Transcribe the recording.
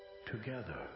Together